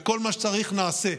וכל מה שצריך נעשה.